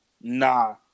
Nah